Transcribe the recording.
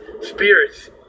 spirits